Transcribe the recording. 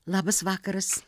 labas vakaras